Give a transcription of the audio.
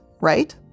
right